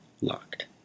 locked